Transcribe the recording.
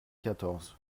quatorze